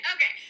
Okay